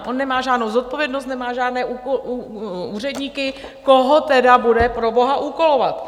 On nemá žádnou zodpovědnost, nemá žádné úředníky, koho tedy bude proboha úkolovat?